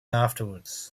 afterwards